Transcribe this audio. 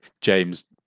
James